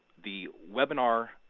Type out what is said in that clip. the webinar,